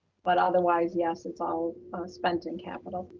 but otherwise yes, it's all spent in capital.